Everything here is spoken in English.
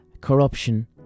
Corruption